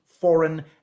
foreign